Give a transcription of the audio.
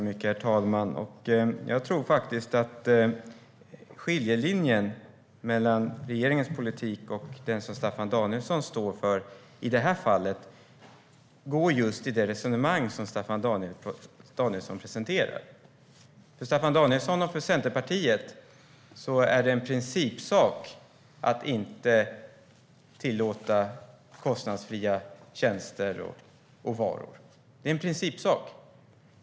Herr talman! Jag tror att skiljelinjen mellan regeringens politik och den som Staffan Danielsson står för i det här fallet går just vid Staffan Danielssons resonemang. För Staffan Danielsson och för Centerpartiet är det en principsak att inte tillåta kostnadsfria tjänster och varor.